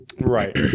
Right